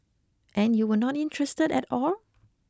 and you were not interested at all